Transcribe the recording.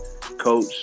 coach